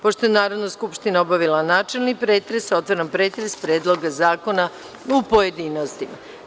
Pošto je Narodna skupština obavila načelni pretres, otvaram pretres predloga zakona u pojedinostima.